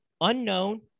unknown